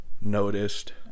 noticed